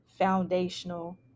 Foundational